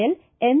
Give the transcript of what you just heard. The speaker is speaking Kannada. L M